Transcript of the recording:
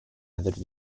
aver